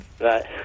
Right